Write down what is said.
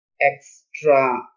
extra